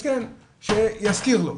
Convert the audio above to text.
התקן שיזכיר לו.